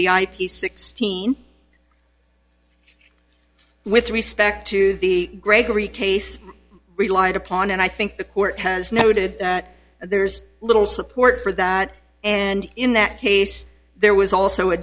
ip sixteen with respect to the gregory case relied upon and i think the court has noted there's little support for that and in that case there was also a